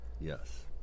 Yes